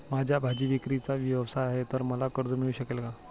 माझा भाजीविक्रीचा व्यवसाय आहे तर मला कर्ज मिळू शकेल का?